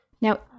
Now